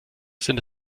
sind